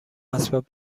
اسباب